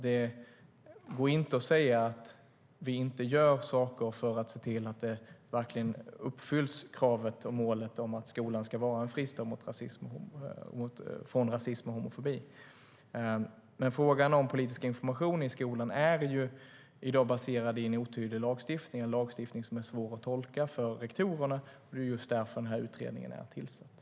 Det går inte att säga att vi inte gör saker för att se till att målet om att skolan ska vara en fristad från rasism och homofobi verkligen ska uppnås.